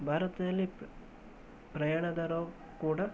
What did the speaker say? ಭಾರತದಲ್ಲಿ ಪ್ರಯಾಣ ದರವು ಕೂಡ